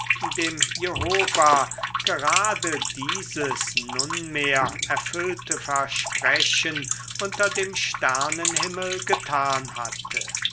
dem jehovah gerade dieses nunmehr erfüllte versprechen unter dem sternenhimmel getan hatte